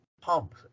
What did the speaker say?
pump